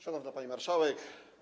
Szanowna Pani Marszałek!